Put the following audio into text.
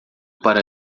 para